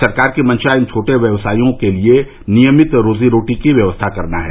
सरकार की मंशा इन छोटे व्यवसायियों के लिए नियमित रोजी रोटी की व्यवस्था करना है